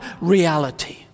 reality